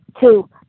Two